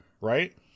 right